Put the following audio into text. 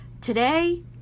Today